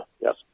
yes